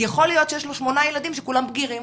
כי יכול להיות שיש לו 8 ילדים שכולם בגירים,